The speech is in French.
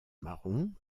marron